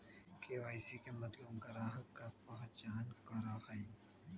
KYC के मतलब ग्राहक का पहचान करहई?